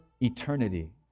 eternity